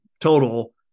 total